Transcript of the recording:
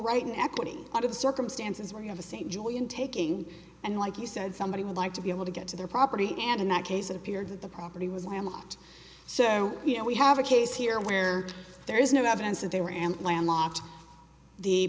under the circumstances where you have the same julian taking and like you said somebody would like to be able to get to their property and in that case it appeared that the property was landlocked so you know we have a case here where there is no evidence that they were and landlocked the